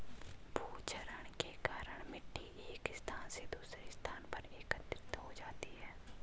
भूक्षरण के कारण मिटटी एक स्थान से दूसरे स्थान पर एकत्रित हो जाती है